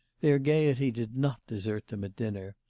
their gaiety did not desert them at dinner.